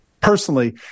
personally